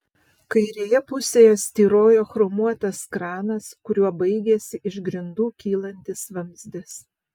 kairėje pusėje styrojo chromuotas kranas kuriuo baigėsi iš grindų kylantis vamzdis